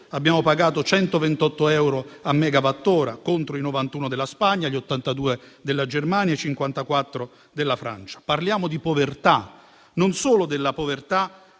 abbiamo pagato 128 euro a megawattora contro i 91 della Spagna, gli 82 della Germania, i 54 della Francia). Parliamo di povertà, e non solo della povertà